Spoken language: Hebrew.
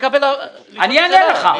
--- אני אענה לך,